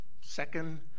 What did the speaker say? second